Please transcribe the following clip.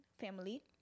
family